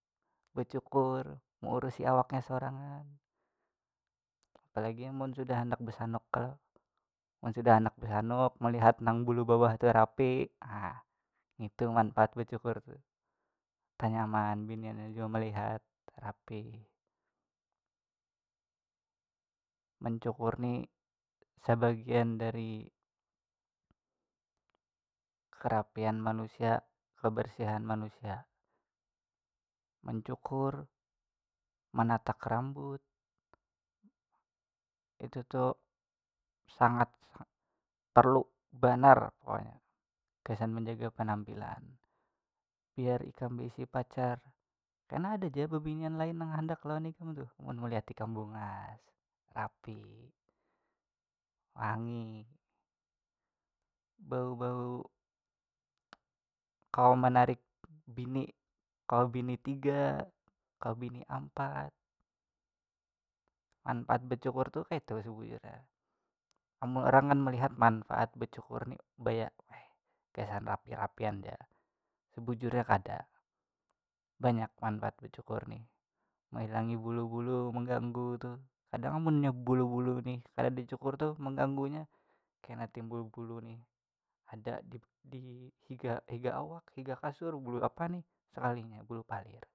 Bacukur maurusi awaknya sorangan apalagi amun sudah handak amun sudah handak basanuk melihat nang bulu bawah tuh rapi ngitu manfaat becukur tuh tenyaman biniannya jua melihat rapi mencukur ni sebagian dari kerapian manusia kebersihan manusia mencukur menatak rambut itu tu sangat perlu banar pokoknya gasan menjaga penampilan biar ikam baisi pacar kena ada ja babinian lain nang handak lawan ikam tuh amun melihat ikam bungas rapi wangi bau bau kawa menarik bini kawa bini tiga kawa bini ampat manfaat becukur tuh kaitu sebujurnya amun urang kan melihat manfaat becukur ni baya gasan rapi rapian ja sebujurnya kada banyak manfaat becukur nih mahilangi bulu bulu mangganggu tuh kadang amunnya bulu bulu nih kada dicukur tuh menganggunya kena timbul bulu nih ada di- di higa higa awak higa kasur bulu apa nih sekalinya bulu palir.